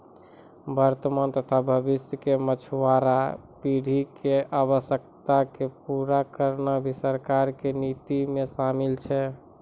वर्तमान तथा भविष्य के मछुआरा पीढ़ी के आवश्यकता क पूरा करना भी सरकार के नीति मॅ शामिल छै